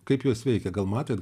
kaip juos veikia gal matėt